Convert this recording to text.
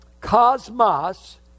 cosmos